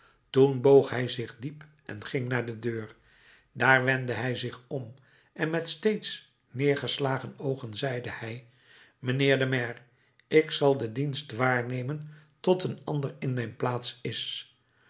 boog hij zich diep en ging naar de deur daar wendde hij zich om en met steeds neergeslagen oogen zeide hij mijnheer de maire ik zal den dienst waarnemen tot een ander in mijn plaats is